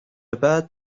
بعد